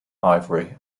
ivory